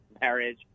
marriage